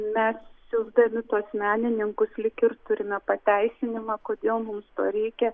mes siųsdami tuos menininkus lyg ir turime pateisinimą kodėl mums reikia